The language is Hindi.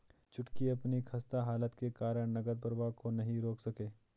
छुटकी अपनी खस्ता हालत के कारण नगद प्रवाह को नहीं रोक सके